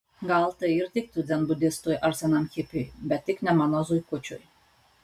gal tai ir tiktų dzenbudistui ar senam hipiui bet tik ne mano zuikučiui